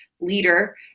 leader